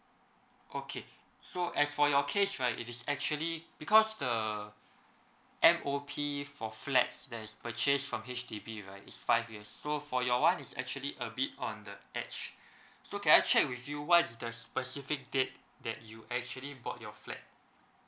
okay so as for your case right it is actually because the M_O_P for flat that is purchase from H_D_B right is five years so for your one is actually a bit on the edge so can I check with you what is the specific date that you actually bought your flat